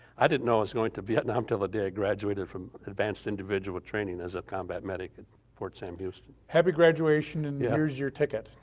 i didn't know i was going to vietnam till the day i graduated from advanced individual training as a combat medic at fort sam houston. happy graduation and yeah here's your ticket?